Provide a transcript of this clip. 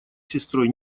сестрой